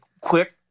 quick